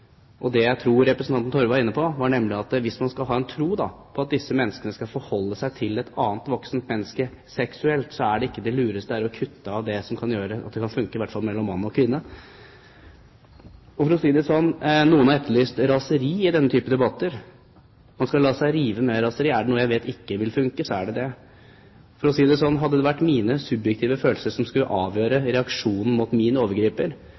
Det jeg tror representanten Torve var inne på, var at hvis man skal ha tro på at disse menneskene skal forholde seg til et annet voksent menneske seksuelt, så er det ikke det lureste å kutte av det som kan gjøre at det i hvert fall kan fungere mellom mann og kvinne. Noen har etterlyst raseri i denne type debatter, man skal la seg rive med i raseri. Er det noe jeg vet ikke vil fungere, så er det det. For å si det slik: Hadde det vært mine subjektive følelser som skulle avgjøre reaksjonen mot min overgriper,